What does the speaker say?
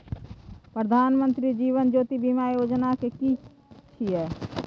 प्रधानमंत्री जीवन ज्योति बीमा योजना कि छिए?